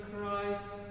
Christ